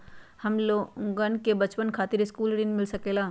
हमलोगन के बचवन खातीर सकलू ऋण मिल सकेला?